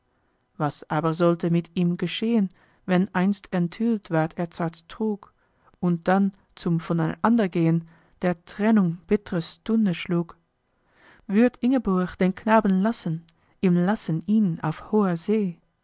was aber sollte mit ihm geschehen wenn einst enthüllt ward edzards trug und dann zum voneinandergehen der trennung bittre stunde schlug würd ingeborg den knaben lassen ihm lassen ihn auf hoher see